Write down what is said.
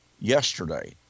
yesterday